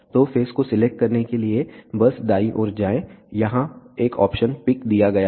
तो फेस को सिलेक्ट करने के लिए बस दाईं ओर जाएं यहां एक ऑप्शन पिक दिया गया है